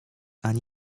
ani